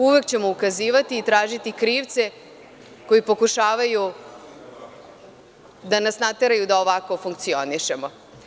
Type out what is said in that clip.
Uvek ćemo ukazivati i tražiti krivce koji pokušavaju da nas nateraju da ovako funkcionišemo.